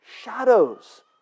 shadows